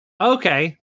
okay